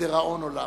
לדיראון עולם.